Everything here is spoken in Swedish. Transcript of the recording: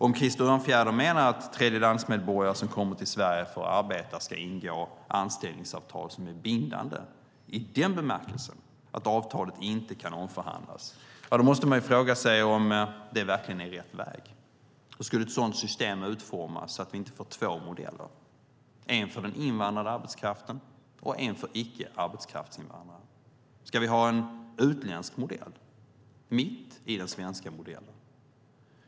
Om Krister Örnfjäder menar att tredjelandsmedborgare som kommer till Sverige för att arbeta ska ingå anställningsavtal som är bindande i den bemärkelsen att avtalet inte kan omförhandlas måste man fråga sig om det verkligen är rätt väg. Hur skulle ett sådant system utformas så att vi inte får två modeller, en för den invandrade arbetskraften och en för icke-arbetskraftsinvandrarna? Ska vi ha en utländsk modell mitt i den svenska modellen?